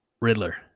Riddler